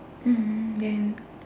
mmhmm then